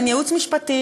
אין ייעוץ משפטי,